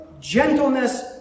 Gentleness